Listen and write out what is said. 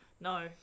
no